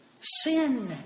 Sin